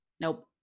nope